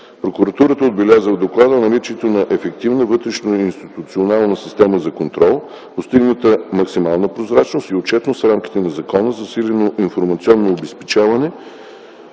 Прокуратурата отбелязва в доклада наличието на ефективна вътрешноинституционална система за контрол; постигната максимална прозрачност и отчетност в рамките на закона; засилено информационно обезпечаване,